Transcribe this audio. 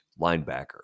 linebacker